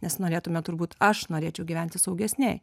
nes norėtume turbūt aš norėčiau gyventi saugesnėj